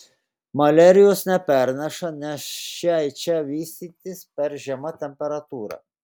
maliarijos neperneša nes šiai čia vystytis per žema temperatūra